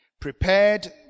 prepared